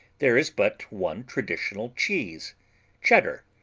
there is but one traditional cheese cheddar,